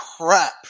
crap